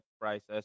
prices